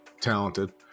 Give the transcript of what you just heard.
talented